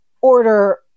order